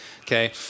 Okay